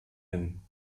hin